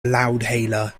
loudhailer